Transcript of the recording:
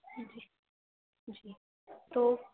جی جی تو